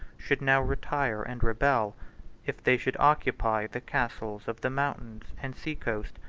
should now retire and rebel if they should occupy the castles of the mountains and sea-coast,